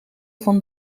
van